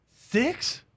six